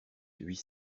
huit